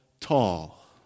tall